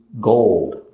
gold